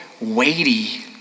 weighty